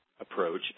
approach